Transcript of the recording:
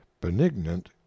benignant